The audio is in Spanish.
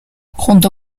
junto